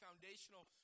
foundational